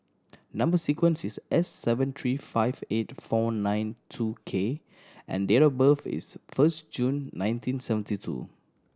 number sequence is S seven three five eight four nine two K and date of birth is first June nineteen seventy two